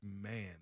man